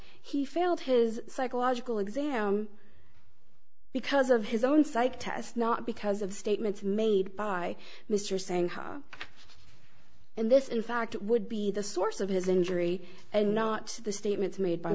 he failed his psychological exam because of his own psych test not because of statements made by mr saying this in fact would be the source of his injury and not the statements made by